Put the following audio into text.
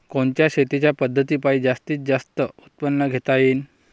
कोनच्या शेतीच्या पद्धतीपायी जास्तीत जास्त उत्पादन घेता येईल?